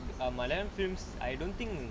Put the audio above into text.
err malayalam films I don't think